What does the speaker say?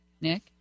Nick